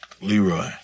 Leroy